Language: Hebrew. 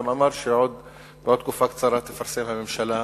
גם אמר שבעוד תקופה קצרה תפרסם הממשלה